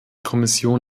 kommission